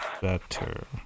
better